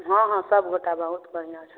हँ हँ सब गोटा बहुत बढ़िआँ छथिन